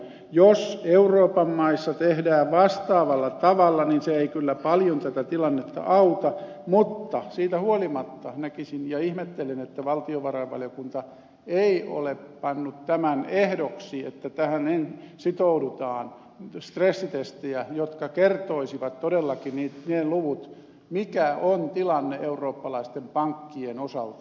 jos euroopan maissa tehdään vastaavalla tavalla niin se ei kyllä paljon tätä tilannetta auta mutta siitä huolimatta ihmettelen että valtiovarainvaliokunta ei ole pannut ehdoksi että tähän sitoudutaan sellaisia stressitestejä jotka kertoisivat todellakin ne luvut mikä on tilanne eurooppalaisten pankkien osalta